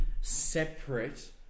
separate